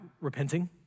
repenting